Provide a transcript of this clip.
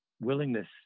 willingness